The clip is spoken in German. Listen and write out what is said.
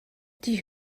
die